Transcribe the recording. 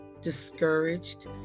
discouraged